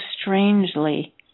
strangely